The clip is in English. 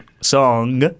song